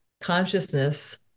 consciousness